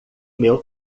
meu